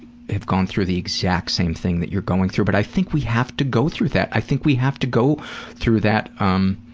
have gone through the exact same thing that you're going through. but i think we have to go through that. i think we have to go through that um.